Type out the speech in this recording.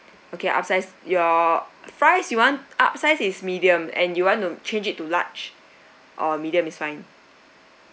okay upsize your fries you want upsize is medium and you want to change it to large or medium is fine